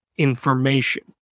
Information